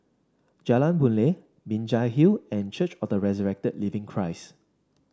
Jalan Boon Lay Binjai Hill and Church of the Resurrected Living Christ